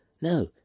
No